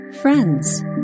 friends